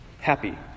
Happy